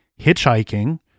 hitchhiking